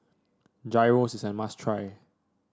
Gyros is a must try